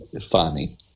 Funny